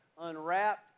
unwrapped